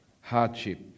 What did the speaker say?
hardship